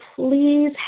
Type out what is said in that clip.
Please